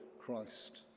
Christ